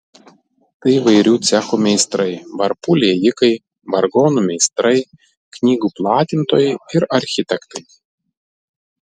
tai įvairių cechų meistrai varpų liejikai vargonų meistrai knygų platintojai ir architektai